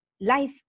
life